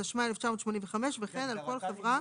התשמ"ה 1985, וכן על כל חברה